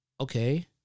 Okay